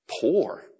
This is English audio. poor